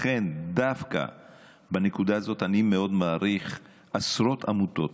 לכן דווקא בנקודה הזאת אני מאוד מעריך עשרות עמותות